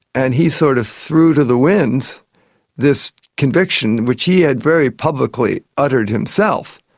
and he sort of threw to the winds this conviction which he had very publicly uttered himself,